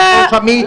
רגע.